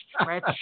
Stretch